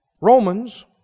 Romans